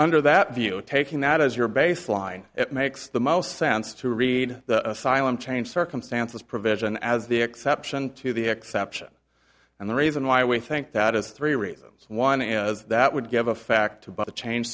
under that view taking that as your baseline it makes the most sense to read the asylum change circumstances provision as the exception to the exception and the reason why we think that is three reasons one as that would give a fact about the change